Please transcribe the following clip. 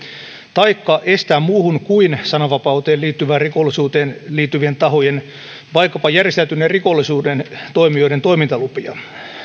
taikka estää muuhun kuin sananvapauteen liittyvään rikollisuuteen liittyvien tahojen vaikkapa järjestäytyneen rikollisuuden toimijoiden toimintalupia